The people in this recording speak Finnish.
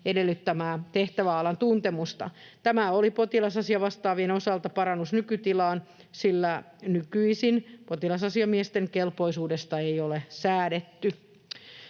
edellyttämää tehtäväalan tuntemusta. Tämä olisi potilasasiavastaavien osalta parannus nykytilaan, sillä nykyisin potilasasiamiesten kelpoisuudesta ei ole säädetty.